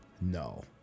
No